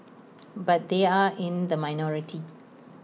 but they are in the minority